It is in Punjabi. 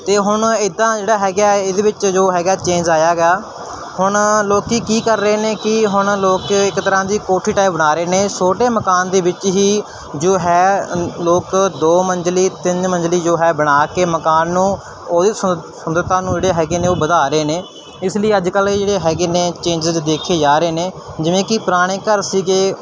ਅਤੇ ਹੁਣ ਇੱਦਾਂ ਜਿਹੜਾ ਹੈਗਾ ਇਹਦੇ ਵਿੱਚ ਜੋ ਹੈਗਾ ਚੇਂਜ ਆਇਆ ਹੈਗਾ ਹੁਣ ਲੋਕ ਕੀ ਕਰ ਰਹੇ ਨੇ ਕਿ ਹੁਣ ਲੋਕ ਇੱਕ ਤਰ੍ਹਾਂ ਦੀ ਕੋਠੀ ਟਾਈਪ ਬਣਾ ਰਹੇ ਨੇ ਛੋਟੇ ਮਕਾਨ ਦੇ ਵਿੱਚ ਹੀ ਜੋ ਹੈ ਲੋਕ ਦੋ ਮੰਜ਼ਲੀ ਤਿੰਨ ਮੰਜ਼ਲੀ ਜੋ ਹੈ ਬਣਾ ਕੇ ਮਕਾਨ ਨੂੰ ਉਹਦੀ ਸੁ ਸੁੰਦਰਤਾ ਨੂੰ ਜਿਹੜੇ ਹੈਗੇ ਨੇ ਉਹ ਵਧਾ ਰਹੇ ਨੇ ਇਸ ਲਈ ਅੱਜ ਕੱਲ੍ਹ ਇਹ ਜਿਹੜੇ ਹੈਗੇ ਨੇ ਚੇਂਜਿਜ਼ ਦੇਖੇ ਜਾ ਰਹੇ ਨੇ ਜਿਵੇਂ ਕਿ ਪੁਰਾਣੇ ਘਰ ਸੀਗੇ